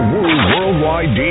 Worldwide